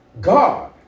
God